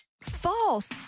False